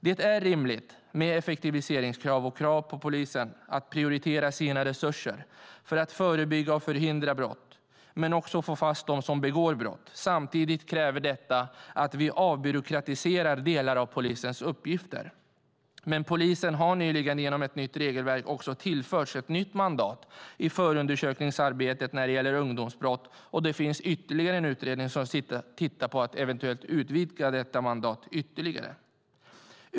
Det är rimligt med effektiviseringskrav och krav på att polisen ska prioritera sina resurser på att förebygga och förhindra brott men också på att få fast dem som begår brott. Samtidigt kräver detta att vi avbyråkratiserar delar av polisens uppgifter. Polisen har nyligen genom ett nytt regelverk tillförts nytt mandat i förundersökningsarbetet när det gäller ungdomsbrott, och det finns ytterligare en utredning som tittar på en eventuell utvidgning av detta uppdrag.